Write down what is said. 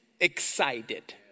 Excited